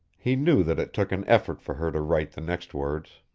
he knew that it took an effort for her to write the next words.